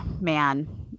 man